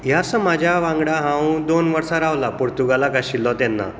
ह्या समाजा वांगडा हांव दोन वर्सां रावलां पुर्तुगालाक आशिल्लो तेन्ना